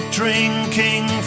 drinking